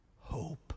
hope